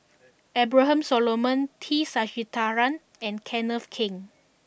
Abraham Solomon T Sasitharan and Kenneth Keng